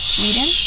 Sweden